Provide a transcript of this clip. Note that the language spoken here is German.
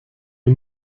wir